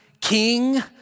king